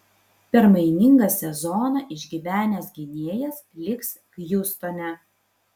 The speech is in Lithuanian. permainingą sezoną išgyvenęs gynėjas liks hjustone